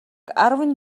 арван